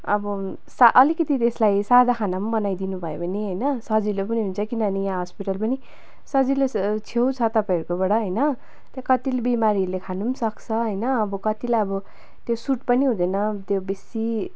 अब सा अलिकिति त्यसलाई साधा खाना पनि बनाइदिनुभयो भने होइन सजिलो पनि हुन्छ किनभने यहाँ हस्पिटल पनि सजिलो छ छेउ छ तपाईँहरकोबाट होइन त्यहाँ कतिले बिमारीहरूले खानु पनि सक्छ होइन अबोकतिलाई अब त्यो सुट पनि हुँदैन त्यो बेसी